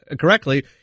correctly